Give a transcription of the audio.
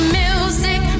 music